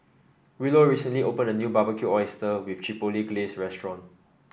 Willow recently opened a new Barbecued Oyster with Chipotle Glaze restaurant